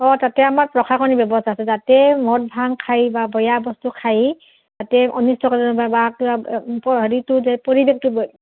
অঁ তাতে আমাৰ প্ৰশাসনিক ব্যৱস্থা আছে তাতে মদ ভাং খায় বা বেয়া বস্তু খায় তাতে অনিষ্ট কৰে বা কিবা হেৰিটো যে পৰিৱেশটো